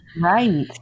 Right